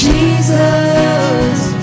Jesus